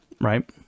Right